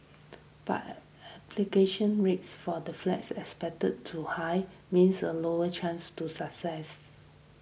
but application rates for these flats are expected to high means a lower chance to success